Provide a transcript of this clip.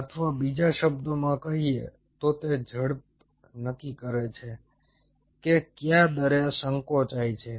અથવા બીજા શબ્દોમાં કહીએ તો તે ઝડપ નક્કી કરે છે કે તે કયા દરે સંકોચાય છે